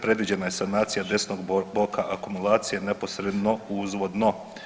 Predviđena je sanacija desnog boka akumulacije neposredno uzvodno.